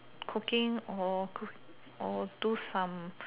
cooking or cook or do some